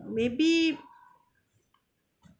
maybe